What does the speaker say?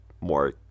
more